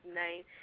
name